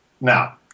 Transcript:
Now